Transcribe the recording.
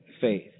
faith